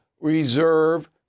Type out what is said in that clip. reserve